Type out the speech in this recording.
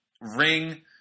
ring